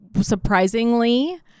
Surprisingly